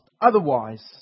Otherwise